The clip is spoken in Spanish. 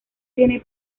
tiene